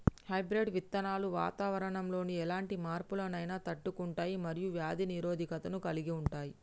hybrid విత్తనాలు వాతావరణంలోని ఎలాంటి మార్పులనైనా తట్టుకుంటయ్ మరియు వ్యాధి నిరోధకతను కలిగుంటయ్